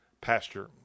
pasture